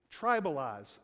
tribalize